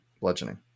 bludgeoning